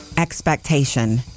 expectation